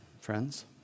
friends